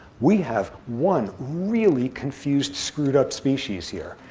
we have one really confused, screwed up species here.